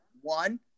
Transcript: One